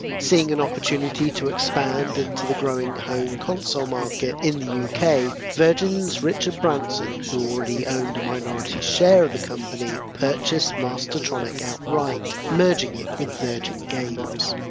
seeing an opportunity to expand into the growing home console market in the yeah uk, virgin's richard branson, who already owned a minority share of the company, purchased mastertronic outright, merging it with virgin games.